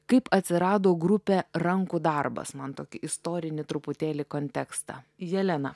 kaip atsirado grupė rankų darbas man tokį istorinį truputėlį kontekstą jelena